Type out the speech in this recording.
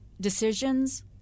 decisions